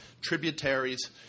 tributaries